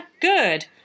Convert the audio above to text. Good